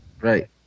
Right